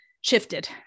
shifted